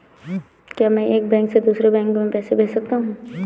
क्या मैं एक बैंक से दूसरे बैंक में पैसे भेज सकता हूँ?